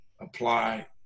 Apply